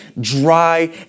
dry